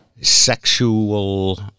sexual